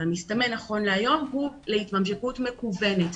אבל המסתמן נכון להיום הוא להתממשקות מקוונת.